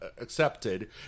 accepted